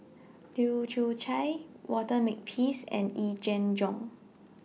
Leu Yew Chye Walter Makepeace and Yee Jenn Jong